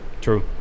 True